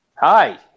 Hi